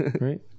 Right